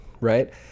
right